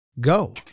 Go